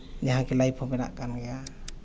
ᱡᱟᱦᱟᱸ ᱠᱤ ᱞᱟᱭᱤᱯᱷ ᱦᱚᱸ ᱵᱮᱱᱟᱜ ᱠᱟᱱ ᱜᱮᱭᱟ